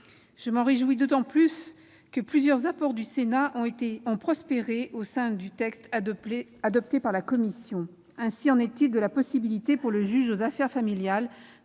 Je m'en réjouis d'autant plus que plusieurs apports du Sénat ont prospéré au sein du texte adopté par cette commission. Ainsi en est-il de la possibilité, pour le juge aux affaires familiales,